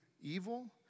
evil